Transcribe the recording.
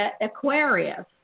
Aquarius